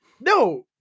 no